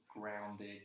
grounded